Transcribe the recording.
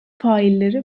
failleri